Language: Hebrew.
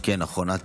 חברת